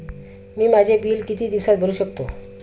मी माझे बिल किती दिवसांत भरू शकतो?